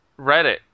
Reddit